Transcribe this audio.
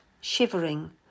shivering